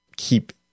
Keep